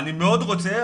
אני מאוד רוצה,